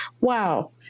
wow